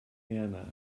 anna